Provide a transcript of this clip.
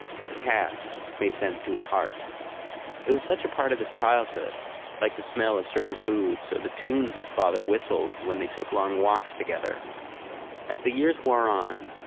but the calf made sense to his heart it was such a part of his childhood like the smell of certain foods or the tunes his father whistled when they took long walks together as the years wore on,